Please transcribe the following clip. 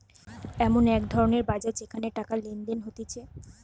এমন এক ধরণের বাজার যেখানে টাকা লেনদেন হতিছে